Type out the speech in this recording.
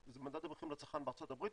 זה ממד המחירים לצרכן בארצות הברית,